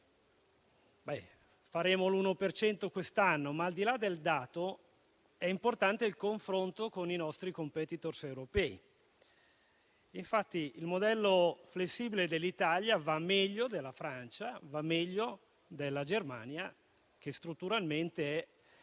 per cento quest'anno, ma, al di là del dato, è importante il confronto con i nostri *competitor* europei. Infatti, il modello flessibile dell'Italia va meglio di quelli della Francia e della Germania, strutturalmente